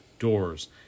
doors